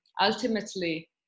ultimately